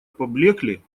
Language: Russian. поблекли